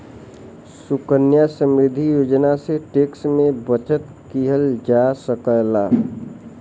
सुकन्या समृद्धि योजना से टैक्स में बचत किहल जा सकला